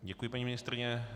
Děkuji, paní ministryně.